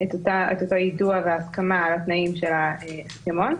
אותו יידוע והסכמה על התנאים של ההסכמון,